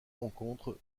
rencontres